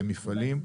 למפעלים.